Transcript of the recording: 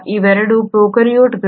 ಇವೆರಡೂ ಪ್ರೊಕಾರ್ಯೋಟ್ಗಳು